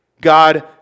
God